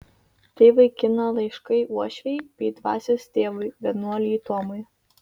tai vaikino laiškai uošvei bei dvasios tėvui vienuoliui tomui